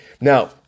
Now